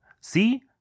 See